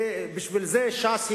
ובשביל זה ש"ס בממשלה.